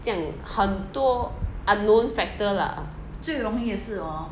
这样很多 unknown factor lah